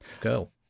girl